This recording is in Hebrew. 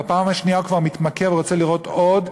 בפעם השנייה הוא כבר מתמכר ורוצה לראות עוד,